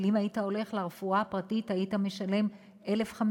אבל אם היית הולך לרפואה הפרטית היית משלם 1,500,